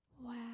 Wow